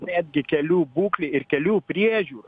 netgi kelių būklė ir kelių priežiūra